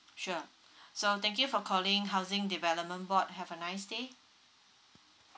sure so thank you for calling housing development board have a nice day